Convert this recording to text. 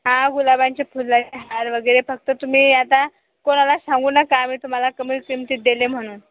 हा गुलाबांची फुले आहेत हार वगैरे फक्त तुम्ही आता कोणाला सांगू नका मी तुम्हाला कमी किमतीत दिले म्हणून